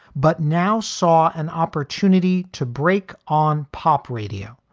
but now saw an opportunity to break on pop radio.